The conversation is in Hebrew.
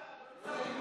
ל-31(ד).